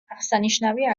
აღსანიშნავია